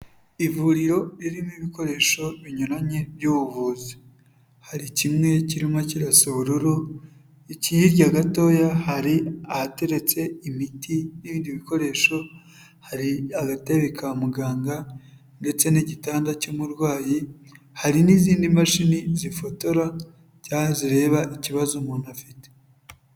Ivuriro ririmo ibikoresho binyuranye by'ubuvuzi hari kimwe kirimo kirasa ubururu ikirya gatoya hari ahateretse imiti n'ibindi bikoresho hari agatebe ka muganga ndetse n'igitanda cy'umurwayi hari n'izindi mashini zifotora cyangwa zireba ikibazo umuntu afite.